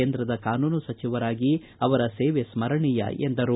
ಕೇಂದ್ರ ಕಾನೂನು ಸಚಿವರಾಗಿ ಅವರ ಸೇವೆ ಸ್ಕರಣಿಯ ಎಂದರು